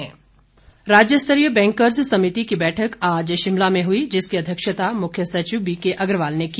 bankers राज्य स्तरीय bankers समिति की बैठक आज शिमला में हुई जिसकी अध्यक्षता मुख्य सचिव बीके अग्रवाल ने की